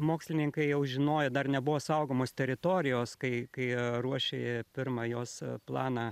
mokslininkai jau žinojo dar nebuvo saugomos teritorijos kai kai ruošė pirmą jos planą